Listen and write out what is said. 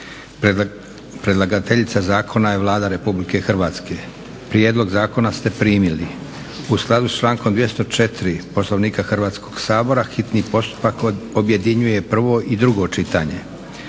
Predlagateljica Zakona je Vlada Republike Hrvatske. Prijedlog zakona ste primili. U skladu sa člankom 204. Poslovnika Hrvatskoga sabora hitni postupak objedinjuje prvo i drugo čitanje.